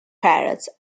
parrots